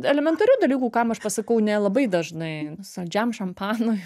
elementarių dalykų kam aš pasakau ne labai dažnai saldžiam šampanui